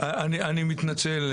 אני מתנצל,